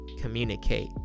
communicate